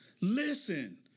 Listen